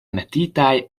metitaj